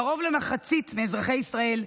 קרוב למחצית מאזרחי ישראל,